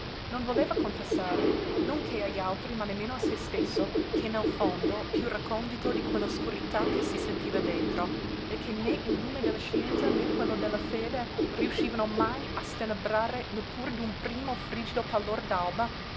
non voleva confessare non che agli altri ma nemmeno a se stesso che nel fondo piú recondito di quella oscurità che si sentiva dentro e che né il lume della scienza né quello della fede riuscivano mai a stenebrare neppur d'un primo frigido pallor